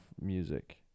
music